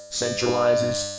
centralizes